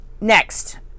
next